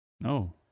No